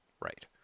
Right